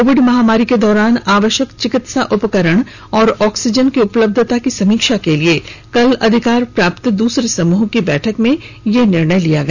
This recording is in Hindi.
कोविड महामारी के दौरान आवश्यक चिकित्सा उपकरण और ऑक्सीजन की उपलब्धता की समीक्षा के लिए कल अधिकार प्राप्त द्रसरे समूह की बैठक में यह निर्णय लिया गया